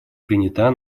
принята